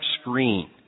screen